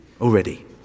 already